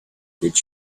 did